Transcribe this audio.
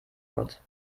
gott